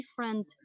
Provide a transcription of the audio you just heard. different